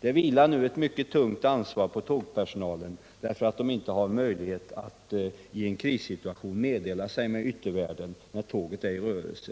Det vilar nu ett mycket tungt ansvar på tågpersonalen därför att man i en krissituation inte har möjlighet att meddela sig med yttervärlden när tåget är i rörelse.